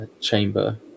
chamber